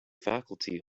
faculty